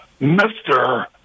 Mr